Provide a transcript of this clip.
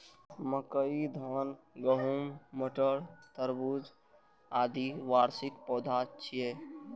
मकई, धान, गहूम, मटर, तरबूज, आदि वार्षिक पौधा छियै